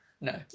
no